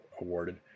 awarded